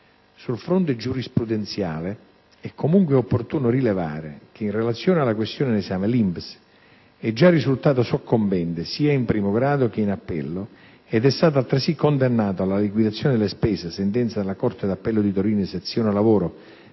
Sul fronte giurisprudenziale è, comunque, opportuno rilevare che, in relazione alla questione in esame, l'INPS è già risultata soccombente, sia in primo grado che in appello, ed è stata altresì condannata alla liquidazione delle spese (sentenza della corte di appello di Torino - sezione lavoro